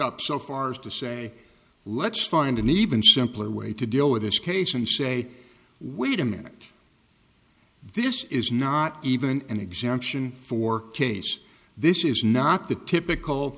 up so far as to say let's find an even simpler way to deal with this case and say wait a minute this is not even an exemption for case this is not the typical